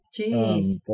Jeez